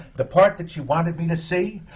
the part that she wanted me to see,